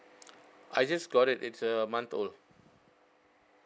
I just got it it's a month old